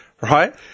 right